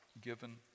given